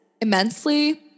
immensely